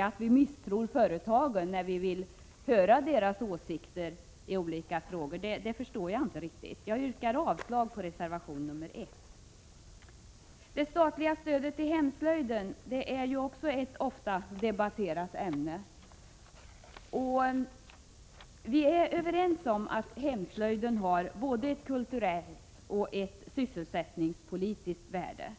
att vi misstror företagen när vi vill höra deras åsikter i olika frågor, förstår jag inte. Jag yrkar avslag på reservation 1. 5 Det statliga stödet till hemslöjden är också ett ofta debatterat ämne. Vi är överens om att hemslöjden har ett både kulturellt och sysselsättningspolitiskt värde.